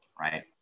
right